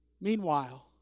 Meanwhile